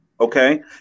Okay